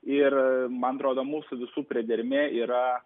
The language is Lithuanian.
ir man atrodo mūsų visų priedermė yra